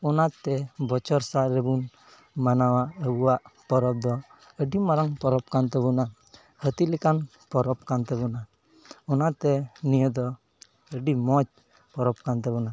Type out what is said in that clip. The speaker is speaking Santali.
ᱚᱱᱟᱛᱮ ᱵᱚᱪᱷᱚᱨ ᱥᱟᱞ ᱨᱮᱵᱚᱱ ᱢᱟᱱᱟᱣᱟ ᱟᱵᱚᱣᱟᱜ ᱯᱚᱨᱚᱵᱽ ᱫᱚ ᱟᱹᱰᱤ ᱢᱟᱨᱟᱝ ᱯᱚᱨᱚᱵᱽ ᱠᱟᱱ ᱛᱟᱵᱳᱱᱟ ᱦᱟᱹᱛᱤ ᱞᱮᱠᱟᱱ ᱯᱚᱨᱚᱵᱽ ᱠᱟᱱ ᱛᱟᱵᱳᱱᱟ ᱚᱱᱟᱛᱮ ᱱᱤᱭᱟᱹ ᱫᱚ ᱟᱹᱰᱤ ᱢᱚᱡᱽ ᱯᱚᱨᱚᱵᱽ ᱠᱟᱱ ᱛᱟᱵᱚᱱᱟ